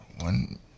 One